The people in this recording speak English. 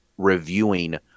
reviewing